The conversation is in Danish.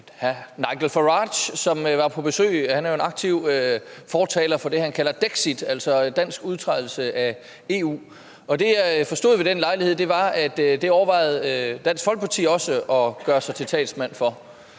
Nigel Farage, som var på besøg. Han er jo en aktiv fortaler for det, han kalder Dexit, altså dansk udtrædelse af EU. Det, jeg forstod ved den lejlighed, var, at Dansk Folkeparti også overvejede at gøre sig til talsmand for